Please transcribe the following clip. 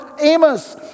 Amos